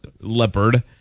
Leopard